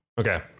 Okay